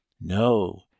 No